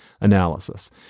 analysis